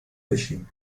بشین